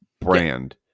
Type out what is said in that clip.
brand